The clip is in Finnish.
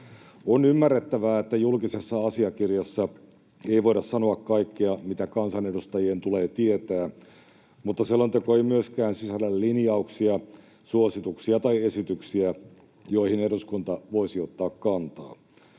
On ymmärrettävää, että julkisessa asiakirjassa ei voida sanoa kaikkea, mitä kansanedustajien tulee tietää, mutta selonteko ei myöskään sisällä linjauksia, suosituksia tai esityksiä, joihin eduskunta voisi ottaa kantaa.